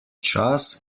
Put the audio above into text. čas